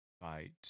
fight